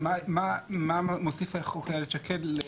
מה מוסיף חוק איילת שקד?